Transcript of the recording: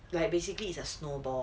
like basically it's a snowball